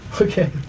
Okay